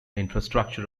infrastructure